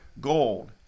gold